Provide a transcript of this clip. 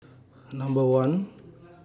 Number one